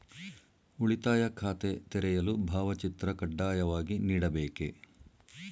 ಉಳಿತಾಯ ಖಾತೆ ತೆರೆಯಲು ಭಾವಚಿತ್ರ ಕಡ್ಡಾಯವಾಗಿ ನೀಡಬೇಕೇ?